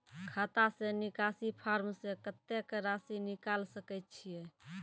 खाता से निकासी फॉर्म से कत्तेक रासि निकाल सकै छिये?